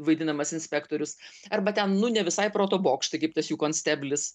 vaidinamas inspektorius arba ten nu ne visai proto bokštai kaip tas jų konsteblis